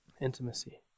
intimacy